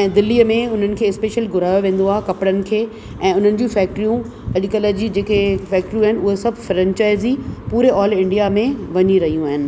ऐं दिल्लीअ में हुननि खे स्पेशल घुरायो वेंदो आहे कपिड़नि खे ऐं उन्हनि जूं फैक्ट्रियूं अॼुकल्ह जी जेके फैक्ट्रियूं आहिनि उहे सभु फ्रैंचाइज़ी पूरे ऑल इंडिया में वञी रहियूं आहिनि